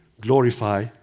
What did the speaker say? glorify